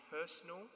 personal